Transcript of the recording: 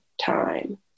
time